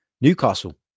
Newcastle